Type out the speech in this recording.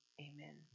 amen